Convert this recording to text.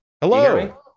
hello